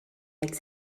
avec